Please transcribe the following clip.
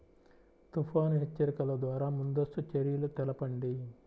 తుఫాను హెచ్చరికల ద్వార ముందస్తు చర్యలు తెలపండి?